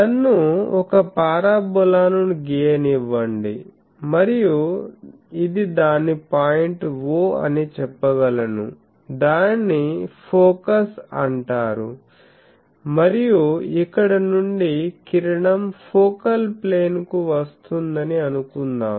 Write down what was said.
నన్ను ఒక పారాబొలాను గీయనివ్వండి మరియు ఇది దాని పాయింట్ O అని చెప్పగలను దానిని ఫోకస్ అంటారు మరియు ఇక్కడ నుండి కిరణం ఫోకల్ ప్లేన్కు వస్తోందని అనుకుందాం